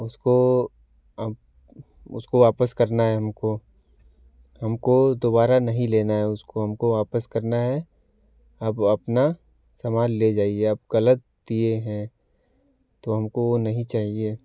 उसको अब उसको वापस करना है हमको हमको दोबारा नहीं लेना है उसको हमको वापस करना है अब अपना सामान ले जाइए आप गलत दिए है तो हमको वो नहीं चाहिए